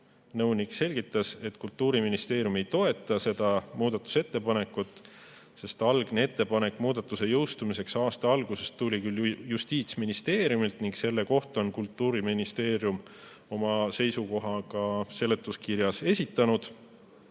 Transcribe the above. nõunik selgitas, et Kultuuriministeerium ei toeta seda muudatusettepanekut, sest algne ettepanek muudatuse jõustumiseks aasta alguses tuli küll Justiitsministeeriumilt ning selle kohta on Kultuuriministeerium oma seisukoha ka seletuskirjas esitanud,